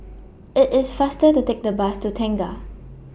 IT IS faster to Take The Bus to Tengah